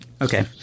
Okay